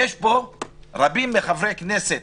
יש פה רבים מחברי הכנסת